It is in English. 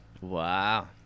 Wow